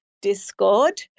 discord